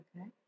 Okay